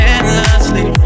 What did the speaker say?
Endlessly